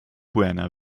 buena